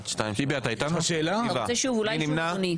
תעשה שוב --- מי נמנע?